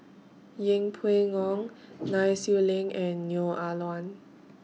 Yeng Pway Ngon Nai Swee Leng and Neo Ah Luan